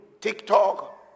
TikTok